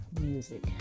Music